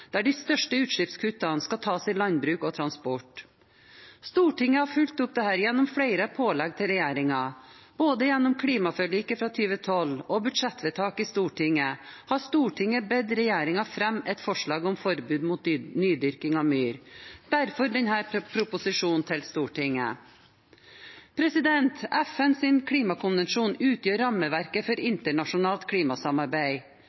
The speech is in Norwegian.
der de største utslippskuttene skal tas i landbruk og transport. Stortinget har fulgt opp dette gjennom flere pålegg til regjeringen. Både gjennom klimaforliket fra 2012 og budsjettvedtak i Stortinget har Stortinget bedt regjeringen fremme et forslag om forbud mot nydyrking av myr – og derfor denne proposisjonen til Stortinget. FNs klimakonvensjon utgjør rammeverket for